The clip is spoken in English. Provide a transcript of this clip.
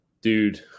Dude